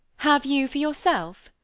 have you for yourself?